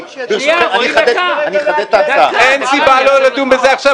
אני אחדד את ההצעה -- אין שום סיבה לא לדון בזה עכשיו.